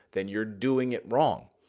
then you're doing it wrong.